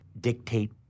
dictate